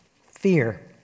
fear